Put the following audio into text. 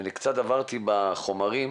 אני קצת נברתי בחומרים.